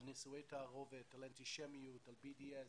על נישואי תערובת, על אנטישמיות, עלBDS ,